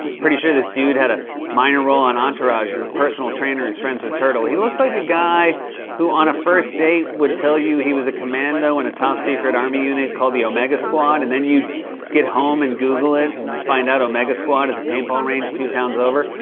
pretty sure this dude had a minor role on entourage as a personal trainer who's friends with turtle. he looks like a guy who on a first date would tell you he was a commando in a top secret army unit called the omega squad. and then you'd get home and google it and find out omega squad is a paintball range two towns over.